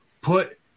put